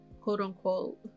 quote-unquote